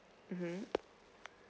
mmhmm